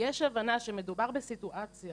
יש הבנה שמדובר בסיטואציה